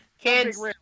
kids